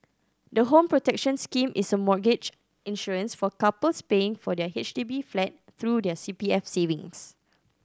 the Home Protection Scheme is a mortgage insurance for couples paying for their H D B flat through their C P F savings